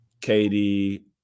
Katie